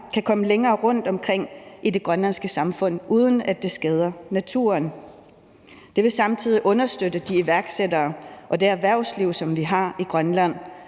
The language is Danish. kan komme længere rundtomkring i det grønlandske samfund, uden at det skader naturen. Det vil samtidig understøtte de iværksættere og det erhvervsliv, som vi har i Grønland,